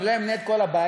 אני לא אמנה את כל הבעיות,